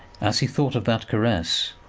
as he thought of that caress,